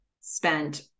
spent